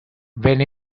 venne